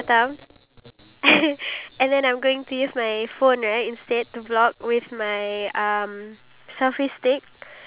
no because once I figure out the song then I know which scene should go first which scenes should go last